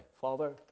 father